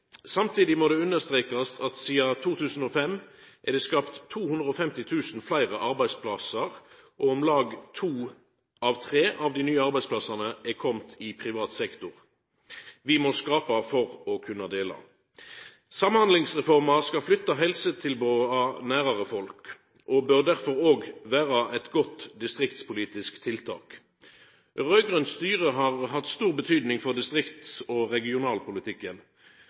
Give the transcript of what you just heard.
Samtidig må det understrekast at sidan 2005 er det skapt 250 000 fleire arbeidsplassar, og om lag to av tre av dei nye arbeidsplassane er komne i privat sektor. Vi må skapa for å kunna dela! Samhandlingsreforma skal flytta helsetilboda nærare folk, og bør derfor òg vera eit godt distriktspolitisk tiltak. Raud-grønt styre har hatt stor betydning for distrikts- og regionalpolitikken.